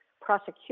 prosecution